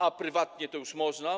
A prywatnie to już można?